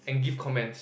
and give comments